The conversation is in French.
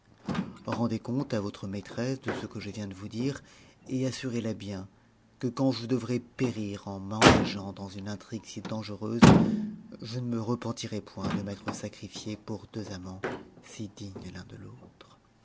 rendez compte à votre maîtresse de ce que je viens de vous dire et assurez la bien que quand je devrais périr en m'engageant dans une intrigue si dancreuse je ne me repentirai point de m'être sacrifié pour deux amants si ms l'un de l'autre